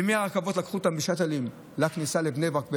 ומהרכבות לקחו אותם בשאטלים לכניסה לבני ברק,